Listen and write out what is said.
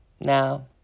Now